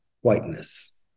whiteness